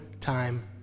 time